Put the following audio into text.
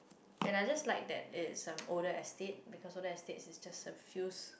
and I just like that it is some older estate because older estate is just a few